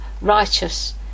righteous